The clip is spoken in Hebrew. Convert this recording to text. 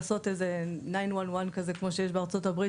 לעשות איזה 911 כזה כמו שיש בארה"ב,